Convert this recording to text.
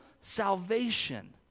salvation